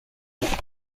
kuri